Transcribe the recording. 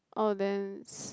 oh then